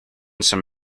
some